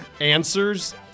answers